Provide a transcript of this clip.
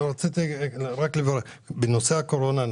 בנושא הקורונה,